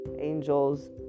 angels